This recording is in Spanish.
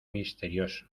misterioso